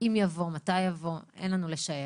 אם יבוא, מתי יבוא אין לנו לשער.